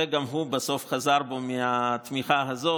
וגם הוא חזר בו לבסוף מהתמיכה הזאת.